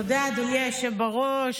תודה, אדוני היושב בראש.